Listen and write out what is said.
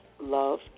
love